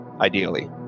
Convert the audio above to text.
ideally